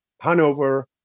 Hanover